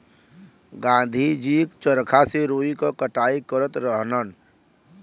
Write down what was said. गाँधी जी चरखा से रुई क कटाई करत रहलन